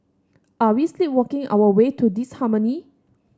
are we sleepwalking our way to disharmony